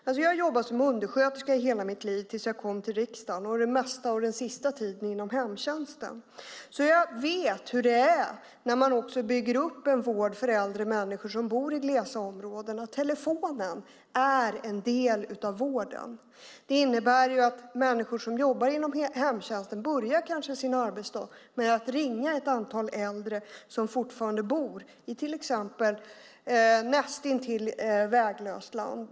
Jag har jobbat som undersköterska i hela mitt liv tills jag kom till riksdagen, och den mesta och den sista tiden inom hemtjänsten, så jag vet hur det är när man bygger upp en vård för äldre människor som bor i glesbygdsområden, och telefonen är en del av vården. Det innebär att människor som jobbar inom hemtjänsten kanske börjar sin arbetsdag med att ringa ett antal äldre som fortfarande bor i till exempel näst intill väglöst land.